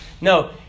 no